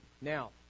Now